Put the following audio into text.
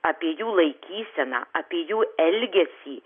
apie jų laikyseną apie jų elgesį